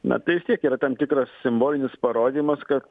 na tai vis tiek yra tam tikras simbolinis parodymas kad